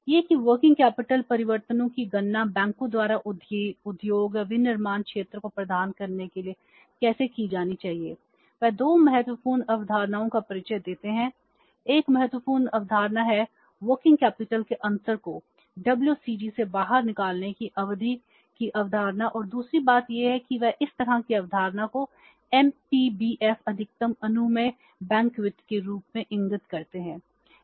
यह कि working capital के अंतर को WCG से बाहर निकालने की अवधि की अवधारणा और दूसरी बात यह है कि वे इस तरह की अवधारणा को MPBF अधिकतम अनुमेय बैंक वित्त के रूप में इंगित करते हैं